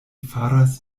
faras